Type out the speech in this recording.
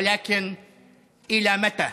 אבל עד מתי?)